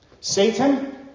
Satan